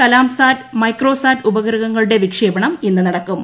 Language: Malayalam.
യുടെ കല്ലാർ സാറ്റ് മൈക്രോ സാറ്റ് ഉപഗ്രഹങ്ങളുടെ വിക്ഷേപിണ് ഇന്ന് നടക്കും